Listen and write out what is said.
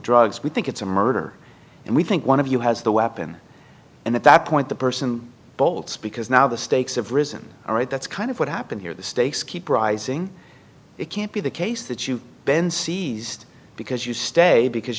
drugs we think it's a murder and we think one of you has the weapon and at that point the person bolts because now the stakes have risen all right that's kind of what happened here the stakes keep rising it can't be the case that you've been seized because you stay because